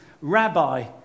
rabbi